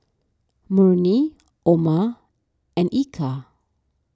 Murni Umar and Eka